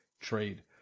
trade